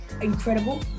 incredible